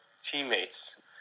teammates